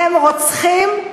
הם רוצחים,